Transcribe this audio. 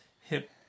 hip